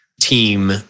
team